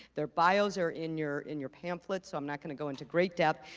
their bios are in your in your pamphlets, so i'm not gonna go into great depth,